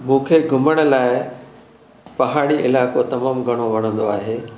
मूंखे घुमण लाइ पहाड़ी इलाइक़ो तमामु घणो वणंदो आहे